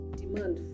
demand